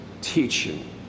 teaching